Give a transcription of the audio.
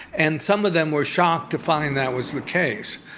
and some of them were shocked to find that was the case.